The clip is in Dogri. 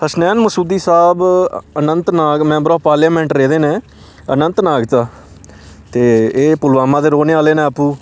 हसनैन मसूदी साह्ब अनंतनाग मैंबर ऑफ पार्लियामेंट रेह्दे न अनंतनाग चा ते एह् पुलवामा दे रौह्ने आह्ले न आपूं